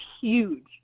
huge